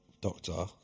doctor